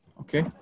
okay